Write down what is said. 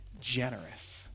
generous